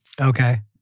Okay